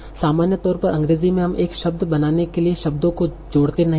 सामान्य तौर पर अंग्रेजी में हम एक शब्द बनाने के लिए शब्दों को जोड़ते नहीं हैं